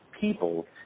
people